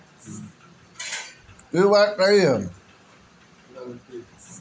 फसल कटाई के बाद फसल के नुकसान पता चली